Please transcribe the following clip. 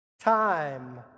Time